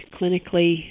clinically